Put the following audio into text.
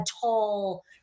tall